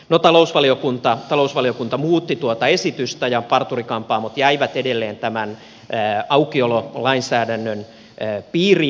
no talousvaliokunta muutti tuota esitystä ja parturi kampaamot jäivät edelleen tämän auki ololainsäädännön piiriin